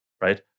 right